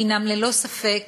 הם ללא ספק